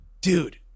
dude